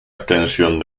extensión